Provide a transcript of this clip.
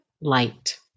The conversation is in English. light